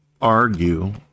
argue